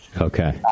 Okay